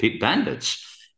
bandits